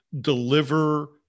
deliver